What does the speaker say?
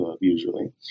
usually